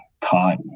caught